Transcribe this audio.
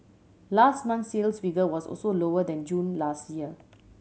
last month's sales figure was also lower than June last year